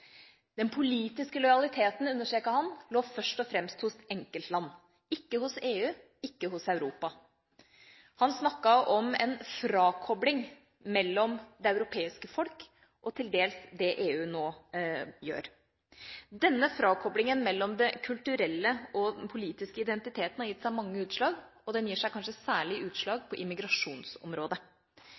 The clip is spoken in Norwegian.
Den politiske lojaliteten, understreket han, lå først og fremst hos enkeltland – ikke hos EU, ikke hos Europa. Han snakket om en frakobling mellom det europeiske folk og til dels det EU nå gjør. Denne frakoblingen mellom det kulturelle og den politiske identiteten har gitt seg mange utslag, og den gir seg kanskje særlig utslag på immigrasjonsområdet.